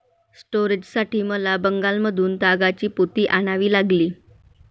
स्टोरेजसाठी मला बंगालमधून तागाची पोती आणावी लागली